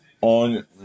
on